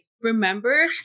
remember